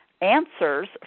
answers